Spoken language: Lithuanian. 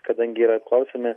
kadangi yra apklausiami